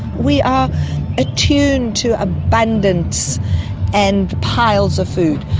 we are attuned to abundance and piles of food.